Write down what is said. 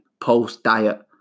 post-diet